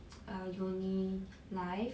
err uni live